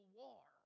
war